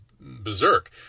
Berserk